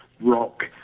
rock